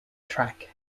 track